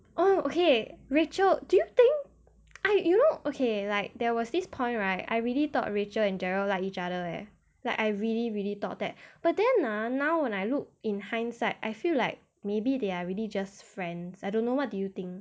oh okay rachel do you think I you know okay like there was this point right I really thought rachel and gerald like each other eh like I really really thought that but then ah now when I look in hindsight I feel like maybe they are really just friends I don't know what do you think